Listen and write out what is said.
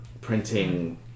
printing